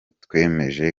twemeje